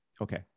Okay